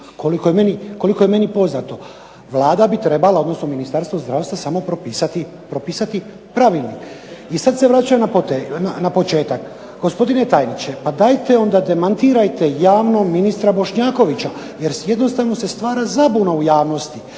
koliko je meni poznato. Vlada bi trebalo, odnosno Ministarstvo zdravstva samo propisati pravilnik. I sad se vraćam na početak. Gospodine tajniče pa dajte onda demantirajte javno ministra Bošnjakovića jer jednostavno se stvara zabuna u javnosti.